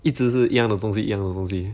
一直是一样的东西一样的东西